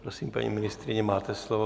Prosím, paní ministryně, máte slovo.